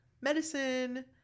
medicine